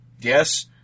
yes